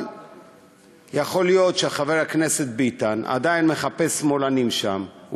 אבל יכול להיות שחבר הכנסת ביטן עדיין מחפש שמאלנים שם,